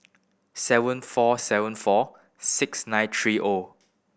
seven four seven four six nine three O